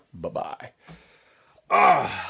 Bye-bye